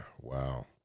wow